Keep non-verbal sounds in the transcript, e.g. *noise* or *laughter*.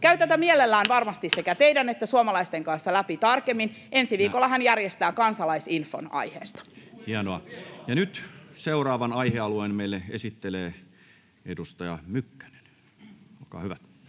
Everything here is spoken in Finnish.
varmasti mielellään *noise* sekä teidän että suomalaisten kanssa läpi tarkemmin. Ensi viikolla hän järjestää kansalaisinfon aiheesta. Hienoa. Sitten seuraavan aihealueen meille esittelee edustaja Mykkänen. Olkaa hyvä.